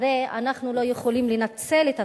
הרי אנחנו לא יכולים לנצל את התקציבים.